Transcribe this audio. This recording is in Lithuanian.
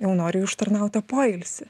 jau nori į užtarnautą poilsį